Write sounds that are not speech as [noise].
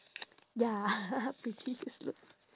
ya [noise] pretty useless